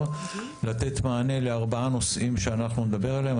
לתת מענה לארבעה נושאים שנדבר עליהם.